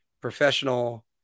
professional